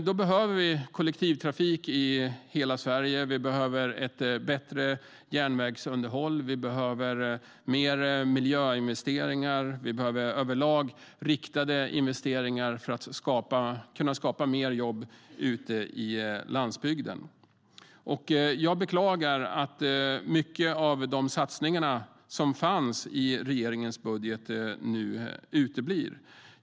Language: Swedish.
Då behöver vi kollektivtrafik i hela Sverige, bättre järnvägsunderhåll, mer miljöinvesteringar, överlag riktade investeringar för att kunna skapa fler jobb ute på landsbygden. Jag beklagar att mycket av de satsningar som fanns i regeringens budget nu uteblir.